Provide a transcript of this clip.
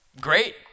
Great